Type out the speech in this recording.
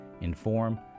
inform